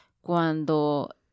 cuando